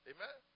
Amen